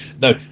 no